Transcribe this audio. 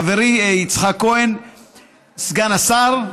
חברי יצחק כהן סגן השר,